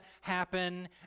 happen